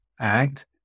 act